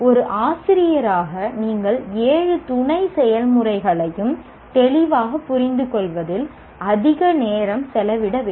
ஒரு ஆசிரியராக நீங்கள் ஏழு துணை செயல்முறைகளையும் தெளிவாகப் புரிந்துகொள்வதில் அதிக நேரம் செலவிட வேண்டும்